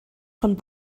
von